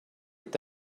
est